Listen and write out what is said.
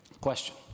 question